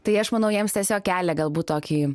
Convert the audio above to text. tai aš manau jiems tiesiog kelia galbūt tokį